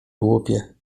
głupie